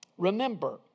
Remember